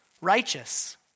righteous